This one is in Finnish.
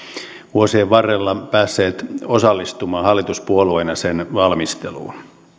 vuosien varrella päässeet osallistumaan hallituspuolueena sen valmisteluun